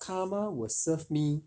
karma will serve me